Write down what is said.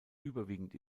überwiegend